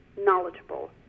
knowledgeable